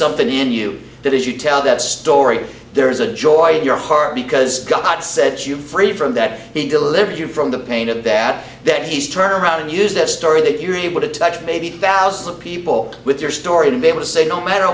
something in you that if you tell that story there is a joy to your heart because gut sets you free from that he delivers you from the pain of that that he's turned around and used this story that you're able to touch maybe thousands of people with your story to be able to say no matter